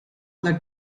that